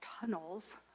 tunnels